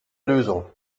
lösung